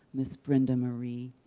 miss brenda marie,